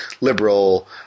liberal